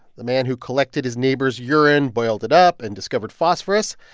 the man who collected his neighbors' urine, boiled it up and discovered phosphorus?